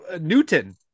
Newton